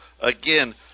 again